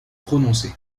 prononcer